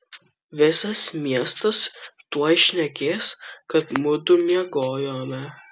visas miestas tuoj šnekės kad mudu miegojome